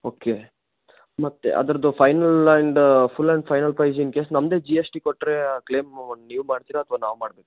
okay ಮತ್ತೆ ಅದರದ್ದು final and full and final price ಏನಕ್ಕೆ ನಮ್ಮದೇ ಜಿ ಎಸ್ ಟಿ ಕೊಟ್ಟರೆ ಕ್ಲೇಮು ನೀವು ಮಾಡ್ತೀರಾ ಅಥ್ವಾ ನಾವು ಮಾಡಬೇಕಾ